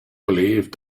believed